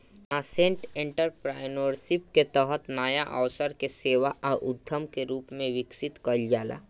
nascent entrepreneurship के तहत नाया अवसर के सेवा आ उद्यम के रूप में विकसित कईल जाला